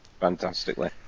fantastically